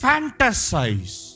Fantasize